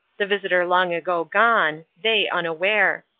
the visitor long ago gone, they unaware.